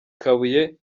kabuye